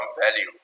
value